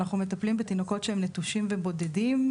אנחנו מטפלים בתינוקות שהם נטושים ובודדים.